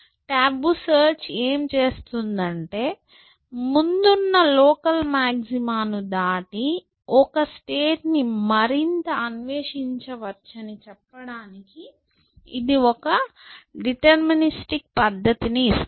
Tabu search ఏమి చేస్తుందంటే ముందున్న లోకల్ మాక్సిమా ను దాటి ఒక స్టేట్ ని మరింత అన్వేషించవచ్చని చెప్పడానికి ఇది ఒక డిటర్మినిస్టిక్పద్దతిని ఇస్తుంది